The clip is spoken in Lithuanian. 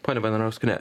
ponia vnarauskiene